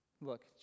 Look